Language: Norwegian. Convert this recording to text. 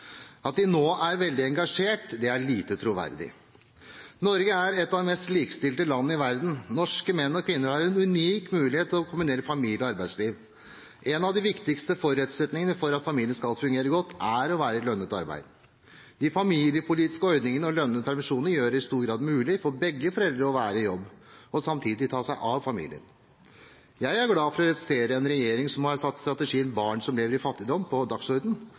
At de nå er veldig engasjert, er lite troverdig. Norge er et av de mest likestilte landene i verden. Norske menn og kvinner har en unik mulighet til å kombinere familie- og arbeidsliv. En av de viktigste forutsetningene for at familien skal fungere godt, er å være i lønnet arbeid. De familiepolitiske ordningene og lønnede permisjonene gjør det i stor grad mulig for begge foreldre å være i jobb og samtidig ta seg av familien. Jeg er glad for å representere en regjering som har satt strategien «Barn som lever i fattigdom» på